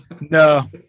No